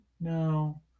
No